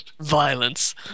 violence